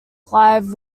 clive